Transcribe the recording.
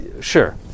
Sure